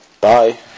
Bye